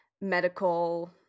medical